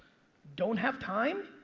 don't have time?